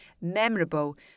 memorable